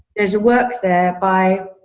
there's a work there by